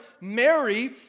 Mary